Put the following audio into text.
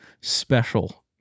special